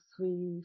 three